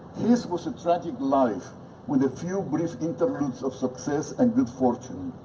his was a tragic life with a few brief interludes of success and good fortune.